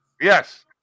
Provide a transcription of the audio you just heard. Yes